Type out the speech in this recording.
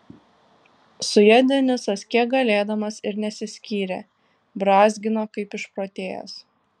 su ja denisas kiek galėdamas ir nesiskyrė brązgino kaip išprotėjęs